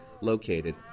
located